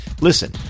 Listen